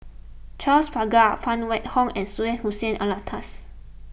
Charles Paglar Phan Wait Hong and Syed Hussein Alatas